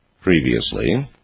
previously